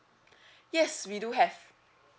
yes we do have